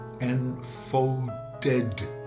Enfolded